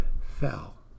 fell